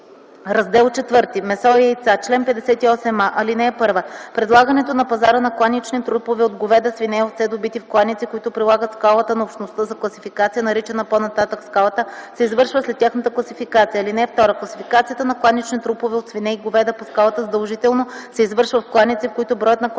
„Раздел ІV Месо и яйца Чл. 58а. (1) Предлагането на пазара на кланични трупове от говеда, свине и овце, добити в кланици, които прилагат скалата на Общността за класификация, наричана по-нататък „скалата”, се извършва след тяхната класификация. (2) Класификацията на кланични трупове от свине и говеда по скалата задължително се извършва в кланици, в които броят на кланетата,